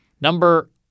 number